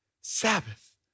Sabbath